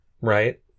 Right